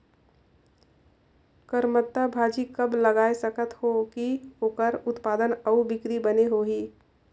करमत्ता भाजी कब लगाय सकत हो कि ओकर उत्पादन अउ बिक्री बने होही?